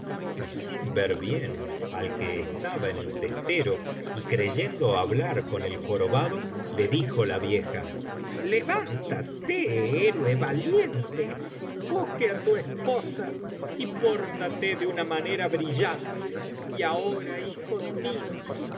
y sin ver bien al que estaba en el testero y creyendo hablar con el jorobado le dijo la vieja levántate héroe valiente coge á tu esposa y pórtate de una manera brillante y ahora hijos míos